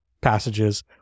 passages